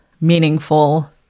meaningful